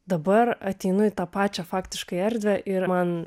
dabar ateinu į tą pačia faktiškai erdvę ir man